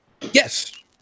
Yes